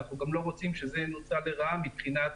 אנחנו גם לא רוצים שזה ינוצל לרעה מבחינת